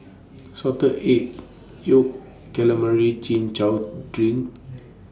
Salted Egg Yolk Calamari Chin Chow Drink